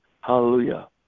hallelujah